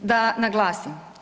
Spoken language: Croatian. Da naglasim.